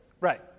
Right